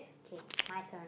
k my turn